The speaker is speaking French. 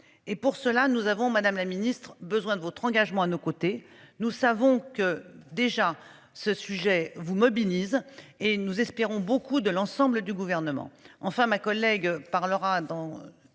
et pour cela nous avons Madame la Ministre besoin de votre engagement à nos côtés, nous savons que déjà ce sujet vous. Et nous espérons beaucoup de l'ensemble du gouvernement, enfin ma collègue parlera dans